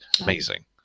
amazing